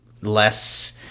less